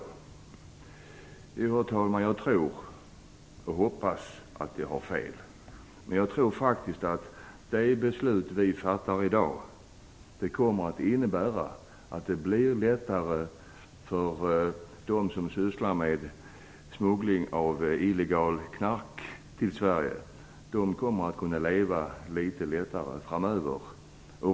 Jo, herr talman, jag hoppas att jag har fel. Men jag tror faktiskt att det beslut vi fattar i dag kommer att innebära att det blir lättare för dem som sysslar med smuggling av narkotika till Sverige. De kommer att kunna leva litet lättare framöver.